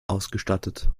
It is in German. ausgestattet